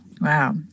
Wow